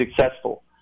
successful